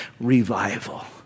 revival